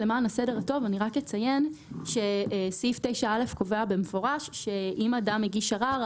למען הסדר הטוב אני רק אציין שסעיף 9(א) קובע במפורש שאם אדם הגיש ערר,